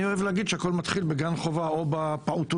אני אוהב להגיד שהכול מתחיל בגן חובה או בפעוטונים.